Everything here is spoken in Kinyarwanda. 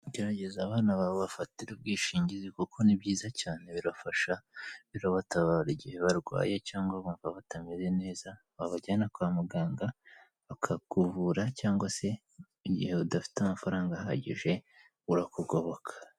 Gerageza abana bawe bafatira ubwishingizi kuko ni byiza cyane birafasha birabatabara igihe barwaye cyangwa bumva batamere neza wabajyana kwa muganga bakakuvura cyangwa se igihe udafite amafaranga ahagije burakugoboka.